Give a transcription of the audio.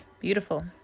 Beautiful